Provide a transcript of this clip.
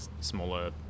smaller